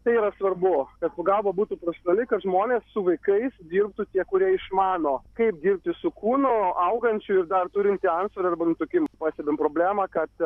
tai yra svarbu kad pagalba būtų profesionali kad žmonės su vaikais dirbtų tie kurie išmano kaip dirbti su kūnu augančiu ir dar turintį antsvorio arba nutukim pastebim problemą kad